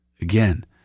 Again